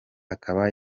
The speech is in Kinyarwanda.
akaba